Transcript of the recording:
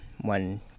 one